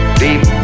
deep